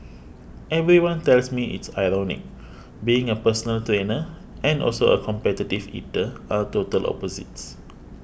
everyone tells me it's ironic being a personal trainer and also a competitive eater are total opposites